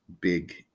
big